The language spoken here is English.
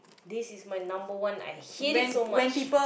this is my number one I hate it so much